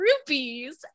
rupees